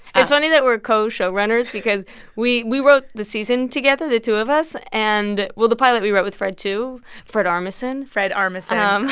it's funny that we're co-showrunners because we we wrote the season together, the two of us. and, well, the pilot, we wrote with fred, too fred armisen fred armisen, um